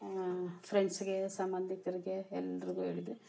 ಫ್ರೆಂಡ್ಸ್ಗೆ ಸಂಬಂಧಿಕ್ರಗೆ ಎಲ್ರಿಗು ಹೇಳಿದ್ವಿ